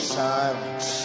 silence